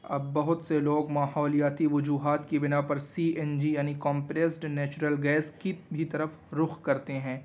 اب بہت سے لوگ ماحولیاتی وجوہات كی بنا پر سی این جی یعنی کمپرسڈ نیچرل گیس کی بھی طرف رخ کرتے ہیں